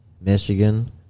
Michigan